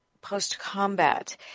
post-combat